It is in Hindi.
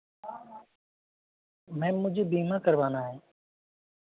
मैम मुझे बीमा करवाना है